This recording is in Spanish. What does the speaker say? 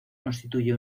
constituye